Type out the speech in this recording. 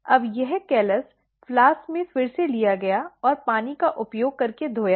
अब यह callus flask में फिर से लिया गया और पानी का उपयोग करके धोया गया